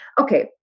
Okay